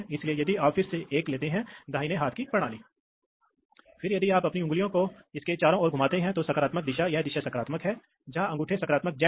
उदाहरण के लिए यह है आप जानते हैं एक विशिष्ट सोलेनोइड वाल्व तो आप सीधे एक सोलेनोइड वाल्व में करंट ड्राइव कर सकते हैं जो स्पूल खींचेगा